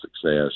success